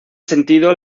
sentido